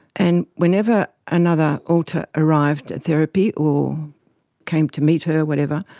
and whenever another alter arrived at therapy or came to meet her, whatever,